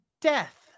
death